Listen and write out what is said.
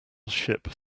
ship